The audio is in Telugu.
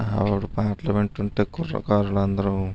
ఆవిడ పాటలు వింటుంటే కుర్రకారులు అందరు